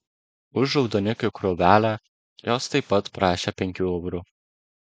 už raudonikių krūvelę jos taip pat prašė penkių eurų